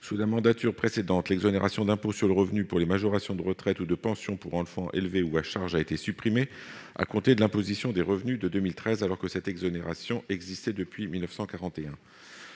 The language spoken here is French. Sous la mandature précédente, l'exonération d'impôt sur le revenu pour les majorations de retraite ou de pension pour enfant élevé ou à charge a été supprimée à compter de l'imposition des revenus de 2013 alors qu'elle existait depuis 1941.